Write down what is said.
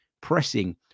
pressing